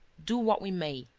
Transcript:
do what we may,